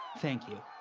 thank you.